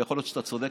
יכול להיות שאתה צודק,